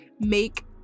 make